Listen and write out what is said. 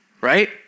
right